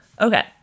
okay